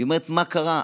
היא אומרת: מה קרה?